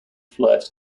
flights